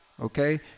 okay